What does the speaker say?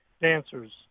dancers